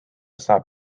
saab